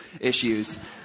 issues